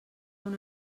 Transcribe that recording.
una